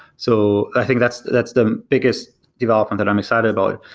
so i think that's that's the biggest development that i'm excited about.